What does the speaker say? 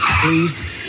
please